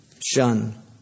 shun